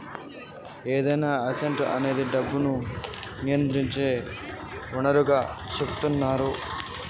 ఏదైనా అసెట్ అనేది డబ్బును నియంత్రించే వనరుగా సెపుతున్నరు